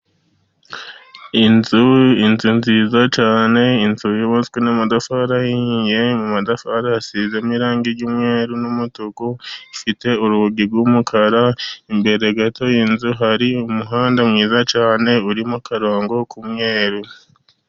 Inzu inzu nziza cyane inzu yubatswe n'amatafari ahiye mu matafari hasizemo n'irangi ry'umweru n'umutuku, ifite urugi rw'umukara imbere gato y'inzu hari umuhanda mwiza cyane urimo akarongo k'umweru.